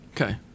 Okay